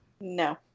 No